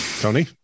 Tony